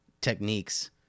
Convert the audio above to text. techniques